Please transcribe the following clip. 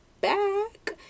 back